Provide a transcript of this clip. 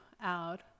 out